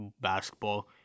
basketball